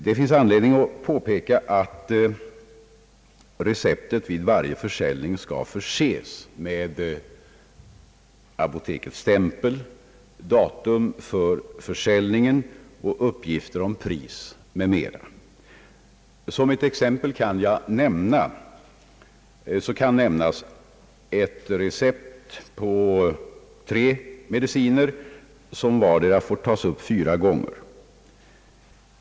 Det finns anledning att påpeka att receptet vid varje försäljning skall förses med apotekets stämpel, datum för försäljningen, uppgift om pris m.m. Som ett exempel kan nämnas ett recept på tre mediciner som vardera får tas upp fyra gånger.